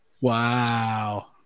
Wow